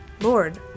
Lord